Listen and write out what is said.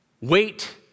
Wait